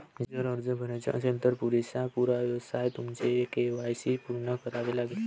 जर अर्ज भरायचा असेल, तर पुरेशा पुराव्यासह तुमचे के.वाय.सी पूर्ण करावे लागेल